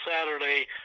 Saturday